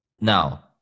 Now